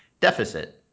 deficit